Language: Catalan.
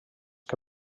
que